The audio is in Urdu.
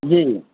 جی